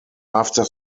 after